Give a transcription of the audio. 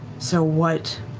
so what